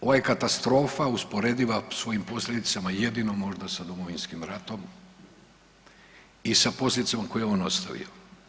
Ova je katastrofa usporediva sa svojim posljedicama jedino možda sa Domovinskim ratom i sa posljedicama koje je on ostavio.